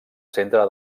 centre